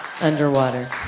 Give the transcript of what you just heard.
Underwater